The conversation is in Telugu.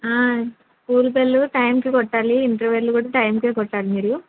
స్కూల్ బెల్ టైమ్కి కొట్టాలి ఇంటర్వెల్ కూడా టైమ్కే కొట్టాలి మీరు